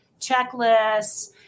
checklists